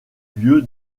lieu